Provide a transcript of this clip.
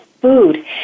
food